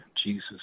Jesus